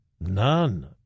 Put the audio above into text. None